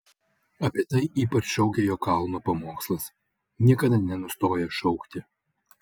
apie tai ypač šaukia jo kalno pamokslas niekada nenustoja šaukti